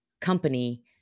company